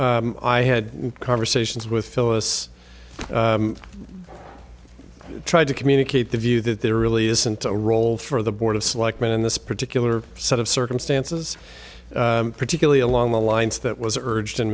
why i had conversations with phyllis tried to communicate the view that there really isn't a role for the board of selectmen in this particular set of circumstances particularly along the lines that was urged in